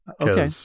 Okay